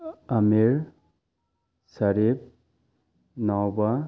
Amir Sharif ꯅꯥꯎꯕ